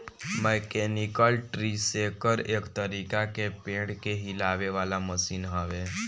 mechanical tree shaker एक तरीका के पेड़ के हिलावे वाला मशीन हवे